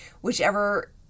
whichever